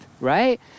right